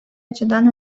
açıdan